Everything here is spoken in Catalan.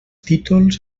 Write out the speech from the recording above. títols